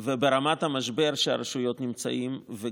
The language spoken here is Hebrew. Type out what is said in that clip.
וברמת המשבר שהרשויות נמצאות בו,